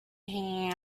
hanging